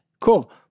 cool